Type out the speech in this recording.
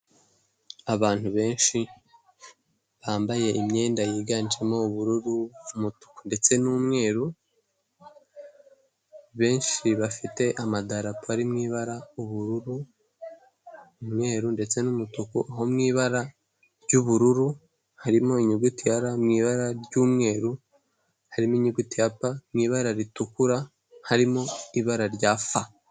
Abantu benshi bambaye imyenda yiganjemo ubururu, umutuku ndetse n'umweru, benshi bafite amadarapo ari mu ibara ubururu, umweru ndetse n'umutuku, aho mu ibara ry'ubururu harimo inyuguti ya ra, mu ibara ry'umweru, harimo inyuguti ya pa n'ibara ritukura harimo ibara rya fa.